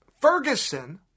Ferguson